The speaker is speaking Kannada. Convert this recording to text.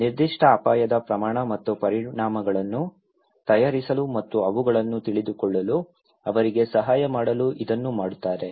ನಿರ್ದಿಷ್ಟ ಅಪಾಯದ ಪ್ರಮಾಣ ಮತ್ತು ಪರಿಣಾಮಗಳನ್ನು ತಯಾರಿಸಲು ಮತ್ತು ಅವುಗಳನ್ನು ತಿಳಿದುಕೊಳ್ಳಲು ಅವರಿಗೆ ಸಹಾಯ ಮಾಡಲು ಇದನ್ನು ಮಾಡುತ್ತಾರೆ